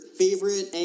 favorite